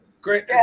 great